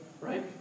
right